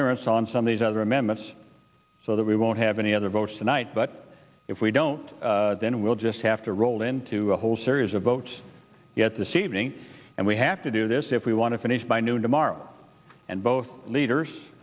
these other amendments so that we won't have any other votes tonight but if we don't then we'll just have to roll into a whole series of votes yet this evening and we have to do this if we want to finish by noon tomorrow and both leaders